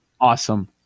Awesome